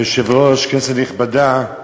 אדוני היושב-ראש, כנסת נכבדה,